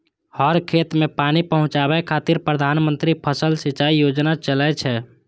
हर खेत कें पानि पहुंचाबै खातिर प्रधानमंत्री फसल सिंचाइ योजना चलै छै